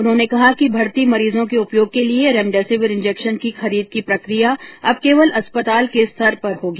उन्होंने कहा कि भर्ती मरीजों के उपयोग के लिए रेमडेसिविर इंजेक्शन की खरीद की प्रक्रिया अब केवल अस्पताल के स्तर पर होगी